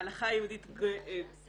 ההלכה היהודית גם